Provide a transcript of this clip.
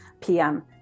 PM